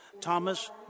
Thomas